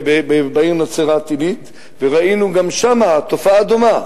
בעיר נצרת-עילית, וראינו גם שם תופעה דומה,